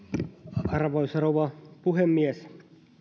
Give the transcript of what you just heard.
arvoisa rouva puhemies kun